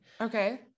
Okay